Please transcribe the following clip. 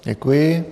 Děkuji.